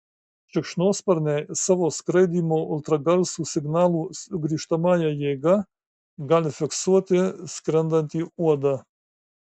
šikšnosparniai savo skraidymo ultragarso signalų sugrįžtamąja jėga gali fiksuoti skrendantį uodą